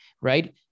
right